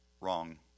Wrong